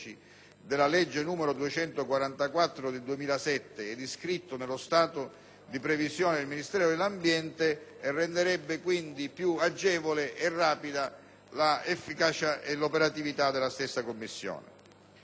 della legge n. 244 del 2007 e iscritto nello stato di previsione del Ministero dell'ambiente e renderebbe più agevole e rapida l'efficacia e l'operatività della stessa Commissione.